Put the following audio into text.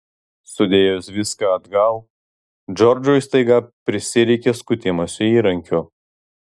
sudėjus viską atgal džordžui staiga prisireikė skutimosi įrankių